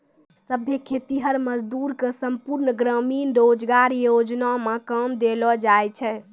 सभै खेतीहर मजदूर के संपूर्ण ग्रामीण रोजगार योजना मे काम देलो जाय छै